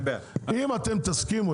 אם אתם תסכימו,